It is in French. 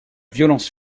violence